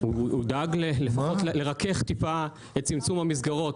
הוא דאג לרכך את צמצום המסגרות.